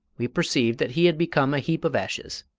we perceived that he had become a heap of ashes.